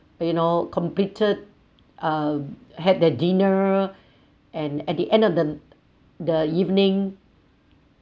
you know completed uh had their dinner and at the end of the the evening